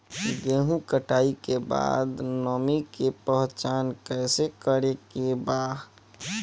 गेहूं कटाई के बाद नमी के पहचान कैसे करेके बा?